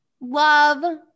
love